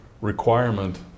requirement